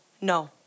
No